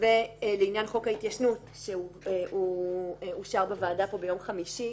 ולעניין חוק ההתיישנות שאושר בוועדה פה ביום חמישי,